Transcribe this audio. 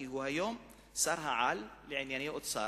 כי הוא היום שר-העל לענייני אוצר,